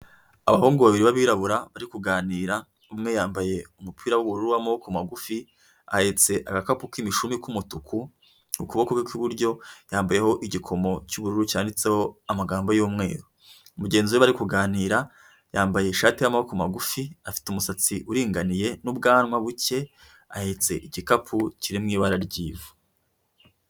Abahungu babiri b'arabura bari kuganira umwe yambaye umupira w'ubururu w'amamoboko magufi ahetse agakapu k'imishumi k'umutuku, ukuboko kw'iburyo yambayeho igikomo cy'ubururu cyanditseho amagambo y'umweru. Mugenzi we bari kuganira yambaye ishati y'amaboko magufi afite umusatsi uringaniye n'ubwanwa buke ahetse igikapu kiri mu ibara ry'ivu.